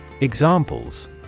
Examples